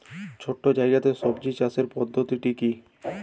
ছোট্ট জায়গাতে সবজি চাষের পদ্ধতিটি কী?